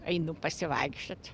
einu pasivaikščiot